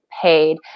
paid